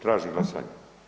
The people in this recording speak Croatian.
Tražim glasanje.